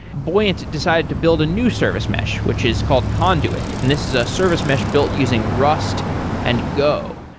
buoyant decided to build a new service mesh, which is called conduit, and this is a service mesh built using rust and go.